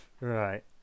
Right